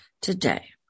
today